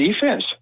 defense